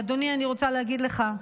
אדוני, אני רוצה להגיד לך,